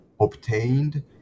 obtained